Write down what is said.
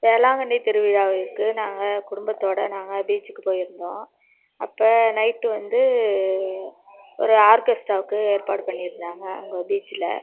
வேளாங்கண்ணி திருவிழாவிற்கு நாங்கள் குடும்பத்தோடு நாங்கள் பீச்சுக்கு போயிருந்தோம் அப்போ நைட்டு வந்து ஒரு ஆர்கெஸ்ட்ராவிக்கு ஏற்பாடு பண்ணியிருந்தாங்க அங்கே பீச்சில்